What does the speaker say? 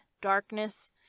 darkness